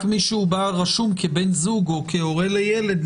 רק מי שרשום כבן זוג או כהורה לילד,